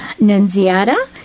Nunziata